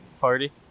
party